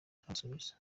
aramusubiza